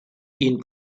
ihn